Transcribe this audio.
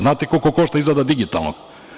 Znate li koliko košta izrada digitalnog?